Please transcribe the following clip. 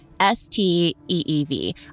S-T-E-E-V